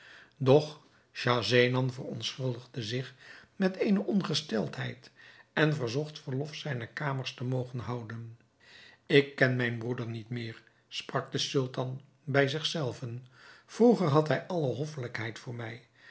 doch schahzenan verontschuldigde zich met eene ongesteldheid en verzocht verlof zijne kamers te mogen houden ik ken mijn broeder niet meer sprak de sultan bij zich zelven vroeger had hij alle hoffelijkheid voor mij